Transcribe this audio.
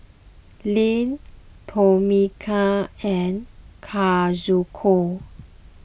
Lyn Tomeka and Kazuko